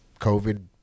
COVID